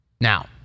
Now